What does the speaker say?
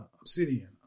Obsidian